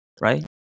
Right